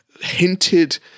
hinted